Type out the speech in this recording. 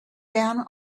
down